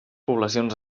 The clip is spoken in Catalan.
poblacions